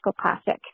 Classic